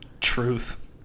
Truth